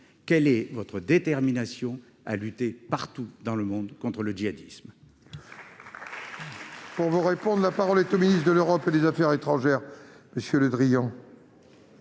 quelle est votre détermination à lutter, partout dans le monde, contre le djihadisme